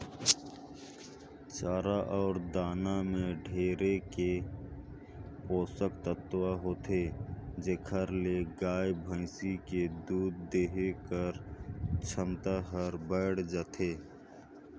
चारा अउ दाना में ढेरे के पोसक तत्व होथे जेखर ले गाय, भइसी के दूद देहे कर छमता हर बायड़ जाथे